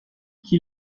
qui